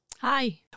Hi